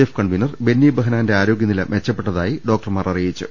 F convener Benny ബെഹനാന്റെ ആരോഗ്യനില മെച്ചപ്പെട്ട തായി ഡോക്ടർമാർ അറിയിച്ചു